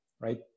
right